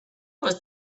was